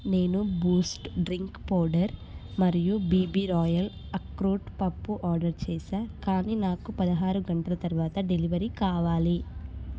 నేను Boost drink powder మరియు BB Royal అక్రోట్ పప్పు ఆర్డర్ చేసాను కానీ నాకు పదహారు గంటల తరువాత డెలివరీ కావాలి